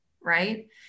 right